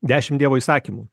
dešim dievo įsakymų